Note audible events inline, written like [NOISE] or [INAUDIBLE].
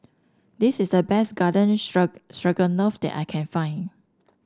this is the best Garden [UNINTELLIGIBLE] Stroganoff that I can find